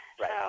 Right